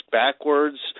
backwards